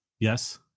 Yes